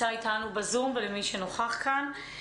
בוקר טוב למי שנמצא איתנו בזום ולמי שנוכח כאן.